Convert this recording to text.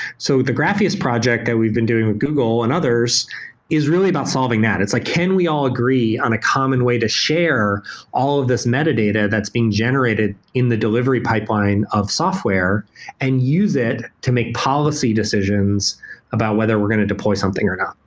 so the grafeas project that we've been doing with google and others is really about solving that. it's like can we all agree on a common way to share all of these metadata that's being generated in the delivery pipeline of software and use it to make policy decisions about whether we're going to deploy something or not.